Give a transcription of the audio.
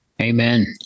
Amen